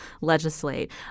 legislate